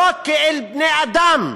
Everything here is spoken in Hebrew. לא כאל בני-אדם.